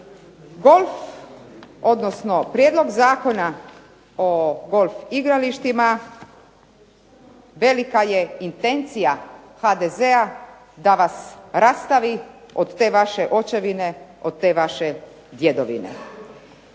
Golf, odnosno prijedlog Zakona o golf igralištima velika je intencija HDZ-a da vas rastavi od te vaše očevine, od te vaše djedovine.